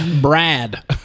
Brad